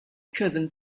cousin